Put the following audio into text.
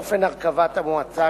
אופן הרכבת המועצה,